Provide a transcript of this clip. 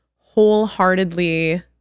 wholeheartedly